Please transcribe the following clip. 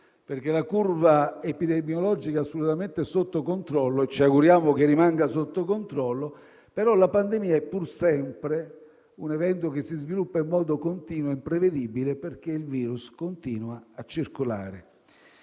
perché la curva epidemiologica è assolutamente sotto controllo, e ci auguriamo che rimanga sotto controllo. La pandemia, però, è pur sempre un evento che si sviluppa in modo continuo e imprevedibile perché il virus continua a circolare.